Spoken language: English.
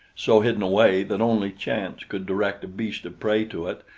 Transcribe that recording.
so hidden away that only chance could direct a beast of prey to it,